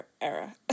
era